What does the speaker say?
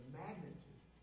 magnitude